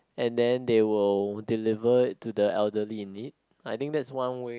and then they will deliver it to the elderly in need I think that's one way